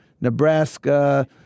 Nebraska